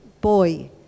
boy